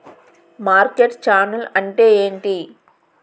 Market channel అంటే ఏంటి?